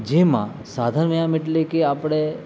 જેમાં સાધન વ્યાયામ એટલે કે આપણેે